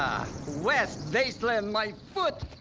west wasteland, my foot.